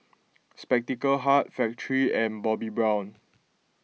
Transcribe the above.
Spectacle Hut Factorie and Bobbi Brown